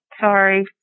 Sorry